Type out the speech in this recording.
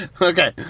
Okay